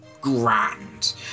...grand